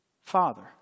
father